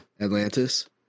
Atlantis